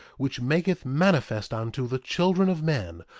which maketh manifest unto the children of men,